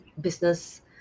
business